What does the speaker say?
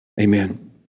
Amen